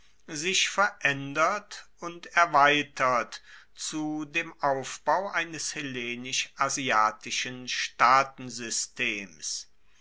sich veraendert und erweitert zu dem aufbau eines hellenisch asiatischen